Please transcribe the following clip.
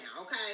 okay